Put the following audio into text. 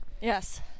Yes